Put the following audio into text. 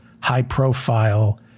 high-profile